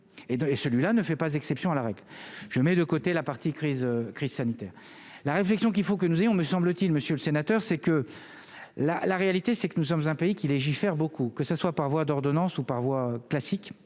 et celui-là ne fait pas exception à la règle, je mets de côté la partie crise crise sanitaire la réflexion qu'il faut que nous ayons, me semble-t-il Monsieur le Sénateur, c'est que la la réalité, c'est que nous sommes un pays qui légifère beaucoup que ce soit par voie d'ordonnance ou par voie classique,